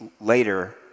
later